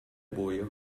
buio